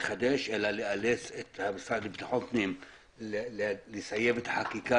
לחדש אלא לאלץ את המשרד לביטחון הפנים לסיים את החקיקה,